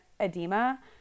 edema